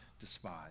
despise